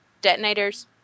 detonators